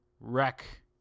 wreck